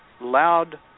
loud